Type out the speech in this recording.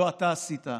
לא עשית אתה,